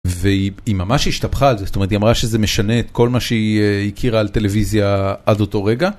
והיא ממש השתפכה על זה, זאת אומרת היא אמרה שזה משנה את כל מה שהיא הכירה על טלוויזיה עד אותו רגע.